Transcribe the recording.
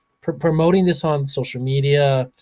promoting this on social media,